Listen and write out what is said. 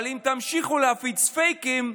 אבל אם תמשיכו להפיץ פייקים,